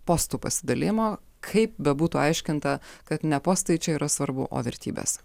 postų pasidalijimo kaip bebūtų aiškinta kad ne postai čia yra svarbu o vertybės